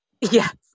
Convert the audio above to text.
Yes